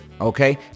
Okay